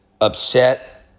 upset